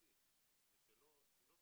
ולאן